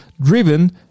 driven